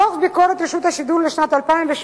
דוח הביקורת על רשות השידור לשנת 2008,